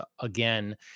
again